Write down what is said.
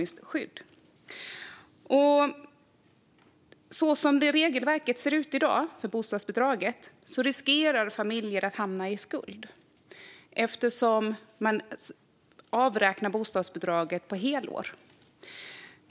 Som regelverket för bostadsbidraget i dag ser ut riskerar familjer att hamna i skuld eftersom bostadsbidraget avräknas på helår.